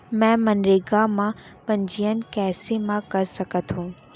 मैं मनरेगा म पंजीयन कैसे म कर सकत हो?